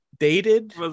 dated